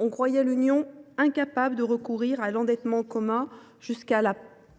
On croyait l’Union incapable de recourir à l’endettement commun, jusqu’à